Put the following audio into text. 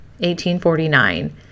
1849